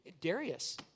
Darius